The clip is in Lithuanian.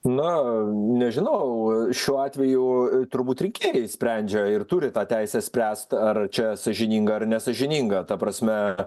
na nežinau šiuo atveju turbūt rinkėjai sprendžia ir turi tą teisę spręst ar čia sąžininga ar nesąžininga ta prasme